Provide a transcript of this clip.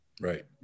Right